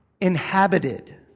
inhabited